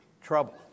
Trouble